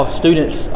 students